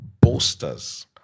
boasters